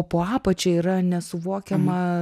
po apačia yra nesuvokiama